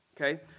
okay